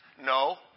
No